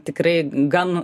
tikrai gan